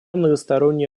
многосторонней